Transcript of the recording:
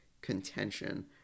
contention